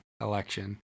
election